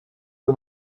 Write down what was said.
peu